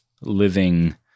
living